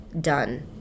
done